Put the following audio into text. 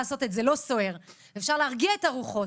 לעשות את זה לא סוער ואפשר להרגיע את הרוחות,